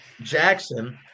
Jackson